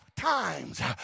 times